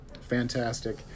fantastic